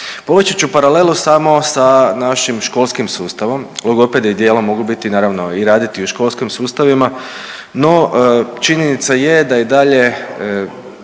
Povući ću paralelu samo sa našim školskim sustavom. Logopedi dijelom mogu biti naravno i raditi u školskim sustavima, no činjenica je da i dalje